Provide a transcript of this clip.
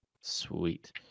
Sweet